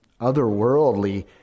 otherworldly